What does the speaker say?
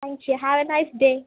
thank you have a nice day